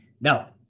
Now